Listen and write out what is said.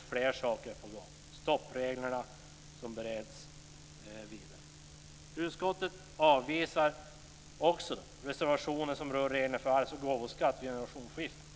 Fler saker är på gång. Frågan om stoppreglerna bereds vidare. Utskottet avvisar också den reservation som rör reglerna för arvs och gåvoskatt vid generationsskiften.